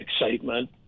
excitement